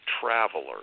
traveler